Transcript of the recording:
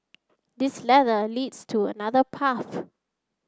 this ladder leads to another path